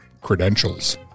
credentials